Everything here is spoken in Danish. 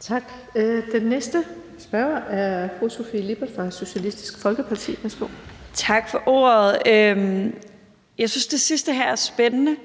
Tak. Den næste spørger er fru Sofie Lippert fra Socialistisk Folkeparti. Værsgo. Kl. 17:28 Sofie Lippert (SF): Tak for ordet. Jeg synes, det sidste her er spændende,